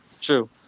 True